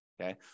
Okay